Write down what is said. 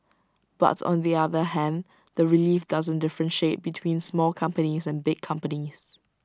but on the other hand the relief doesn't differentiate between small companies and big companies